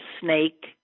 snake